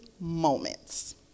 moments